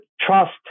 trust